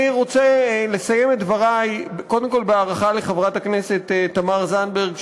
אני רוצה לסיים את דברי קודם כול בהערכה לחברת הכנסת תמר זנדברג,